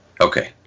Okay